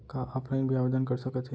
का ऑफलाइन भी आवदेन कर सकत हे?